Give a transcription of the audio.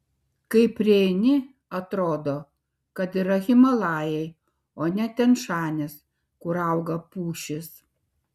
kai prieini atrodo kad yra himalajai o ne tian šanis kur auga pušys